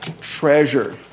treasure